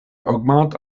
augmente